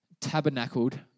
tabernacled